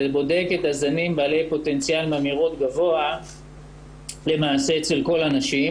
שבודק את הזנים בעלי פוטנציאל ממאירות גבוה למעשה אצל כל הנשים,